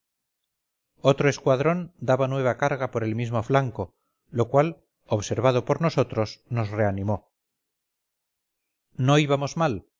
otro escuadrón daba nueva carga por el mismo flanco lo cual observado por nosotros nos reanimó no íbamos mal